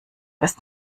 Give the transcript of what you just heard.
ist